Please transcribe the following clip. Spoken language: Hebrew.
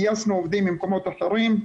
גייסנו עובדים ממקומות אחרים,